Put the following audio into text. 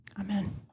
Amen